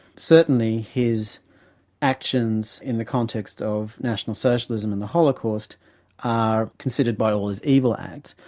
certainly his actions in the context of national socialism and the holocaust are considered by all as evil acts,